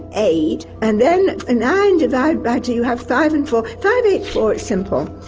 eight and then nine divided by two you have five and four, five. eight. four. it's simple.